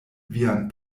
vian